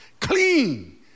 clean